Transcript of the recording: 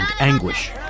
anguish